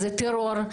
זה טרור.